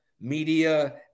media